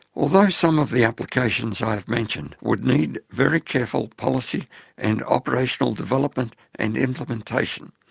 although some of the applications have mentioned would need very careful policy and operational development and implementation,